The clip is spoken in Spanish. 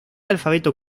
alfabeto